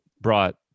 brought